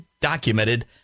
documented